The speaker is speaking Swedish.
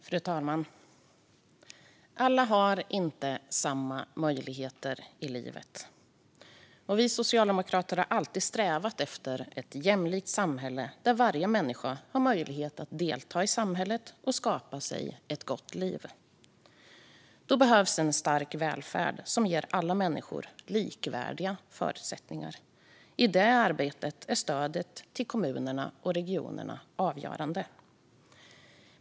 Fru talman! Alla har inte samma möjligheter i livet. Vi socialdemokrater har alltid strävat efter ett jämlikt samhälle där varje människa har möjlighet att delta i samhället och skapa sig ett gott liv. Då behövs en stark välfärd som ger alla människor likvärdiga förutsättningar. I det arbetet är stödet till kommunerna och regionerna avgörande.